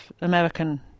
American